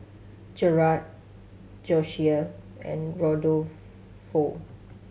Jerad Josiah and Rodolfo